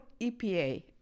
epa